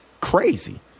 crazy